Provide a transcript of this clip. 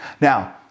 Now